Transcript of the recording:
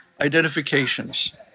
identifications